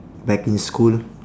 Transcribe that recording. back in school